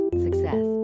success